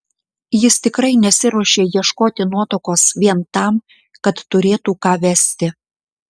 jis tikrai nesiruošė ieškoti nuotakos vien tam kad turėtų ką vesti